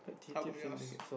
how about yours